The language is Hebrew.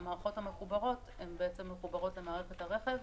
המערכות המחוברות מחוברות למערכת הרכב